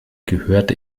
gehörte